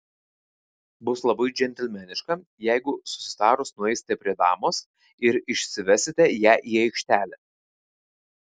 bus labai džentelmeniška jeigu susitarus nueisite prie damos ir išsivesite ją į aikštelę